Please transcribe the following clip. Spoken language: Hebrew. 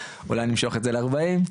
אולי יעלה לארבעים.